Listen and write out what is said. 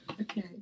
Okay